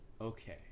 Okay